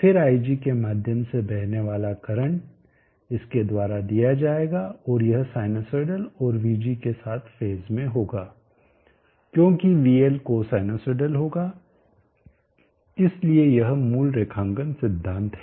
फिर ig के माध्यम से बहने वाला करंट इस के द्वारा दीया जायेगा और यह साइनसोइडल और vg के साथ फेज में होगा क्योंकि vL कोसाइनसोइडल होगा इसलिए यह मूल रेखांकन सिद्धांत है